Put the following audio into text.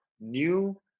new